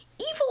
evil